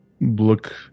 look